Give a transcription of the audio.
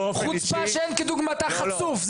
חוצפה שאין כדוגמתה חצוף,